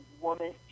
woman